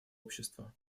общества